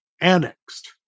annexed